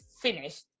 finished